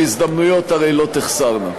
כי הזדמנויות הרי לא תחסרנה.